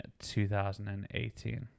2018